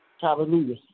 Hallelujah